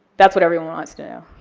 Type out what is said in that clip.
that's what everyone wants to know,